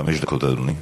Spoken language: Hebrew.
חמש דקות, אדוני.